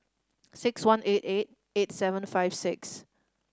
six one eight eight eight seven five six